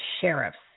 sheriffs